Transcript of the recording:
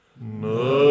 No